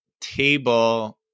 table